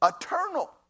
eternal